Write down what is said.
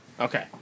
Okay